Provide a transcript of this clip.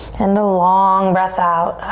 and the long breath out.